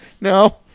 no